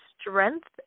strength